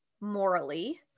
morally